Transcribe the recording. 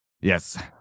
yes